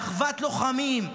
באחוות לוחמים,